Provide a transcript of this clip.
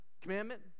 commandment